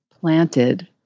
planted